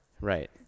Right